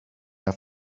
off